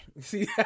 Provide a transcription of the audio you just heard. See